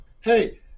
hey